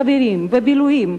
חברים ובילויים,